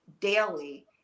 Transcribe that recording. daily